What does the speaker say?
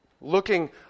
Looking